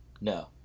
No